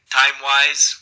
time-wise